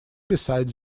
beside